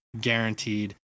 guaranteed